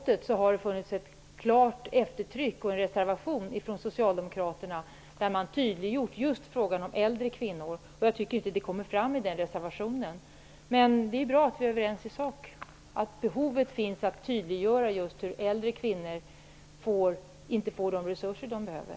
Men jag tycker inte att det vi nu talar om har lyfts fram tillräckligt tydligt i reservationen. Därför efterlyste jag ett klargörande från Socialdemokraterna. Men det är bra att vi är överens om behovet av att tydliggöra just att äldre kvinnor inte får de resurser som de behöver.